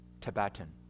Tibetan